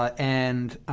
and